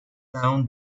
down